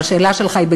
והשאלה שלך היא,